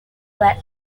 were